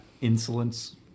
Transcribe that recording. insolence